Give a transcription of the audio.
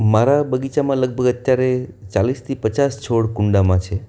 મારા બગીચામાં લગભગ અત્યારે ચાલીસથી પચાસ છોડ કુંડામાં છે